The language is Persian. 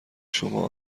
شما